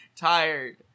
tired